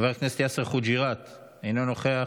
חבר הכנסת יאסר חוג'יראת, אינו נוכח,